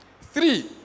Three